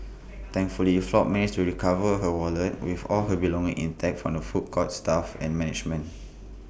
thankfully Flores managed to recover her wallet with all her belongings intact from the food court's staff and management